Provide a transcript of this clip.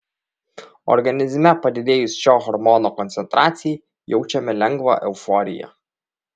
organizme padidėjus šio hormono koncentracijai jaučiame lengvą euforiją